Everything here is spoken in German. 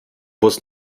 bus